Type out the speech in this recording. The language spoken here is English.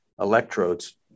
electrodes